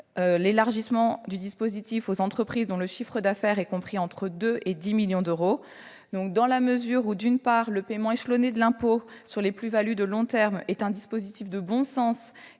l'élargissement du dispositif aux entreprises dont le chiffre d'affaires est compris entre 2 et 10 millions d'euros. Dans la mesure où, d'une part, le paiement échelonné de l'impôt sur les plus-values de long terme est un dispositif de bon sens,